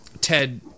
Ted